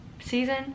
season